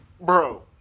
bro